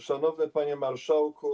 Szanowny Panie Marszałku!